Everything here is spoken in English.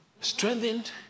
Strengthened